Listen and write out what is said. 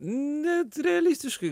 net realistiškai